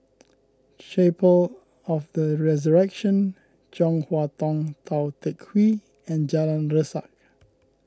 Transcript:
Chapel of the Resurrection Chong Hua Tong Tou Teck Hwee and Jalan Resak